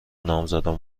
نامزدم